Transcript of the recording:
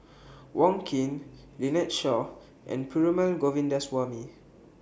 Wong Keen Lynnette Seah and Perumal Govindaswamy